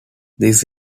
this